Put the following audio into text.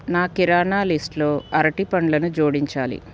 నా కిరాణా లిస్టులో అరటిపండ్లను జోడించాలి